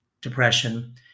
depression